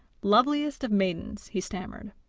loveliest of maidens he stammered,